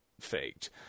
faked